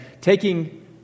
taking